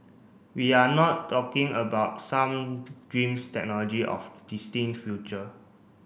we are not talking about some dreams technology of future